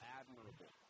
admirable